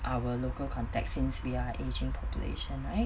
our local context since we are ageing population right